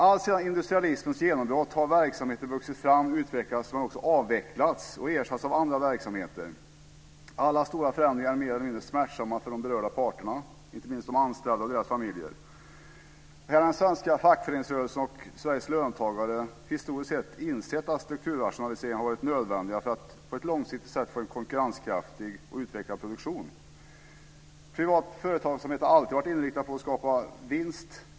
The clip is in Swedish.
Alltsedan industrialismens genombrott har verksamheter vuxit fram, utvecklats men också avvecklats och ersatts av andra verksamheter. Alla stora förändringar är mer eller mindre smärtsamma för de berörda parterna, inte minst de anställda och deras familjer. Den svenska fackföreningsrörelsen och Sveriges löntagare har historiskt sett insett att strukturrationaliseringar har varit nödvändiga för att långsiktigt få en konkurrenskraftig och utvecklad produktion. Privat företagsamhet har alltid varit inriktad på att skapa vinst.